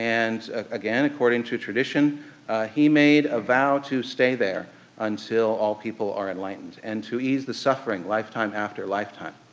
and again, according to tradition he made a vow to stay there until all people are enlightened and to ease the suffering lifetime after lifetime.